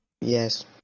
Yes